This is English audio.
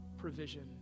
provision